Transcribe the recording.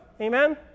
Amen